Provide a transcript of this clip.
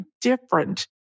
different